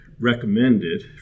Recommended